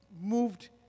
moved